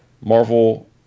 Marvel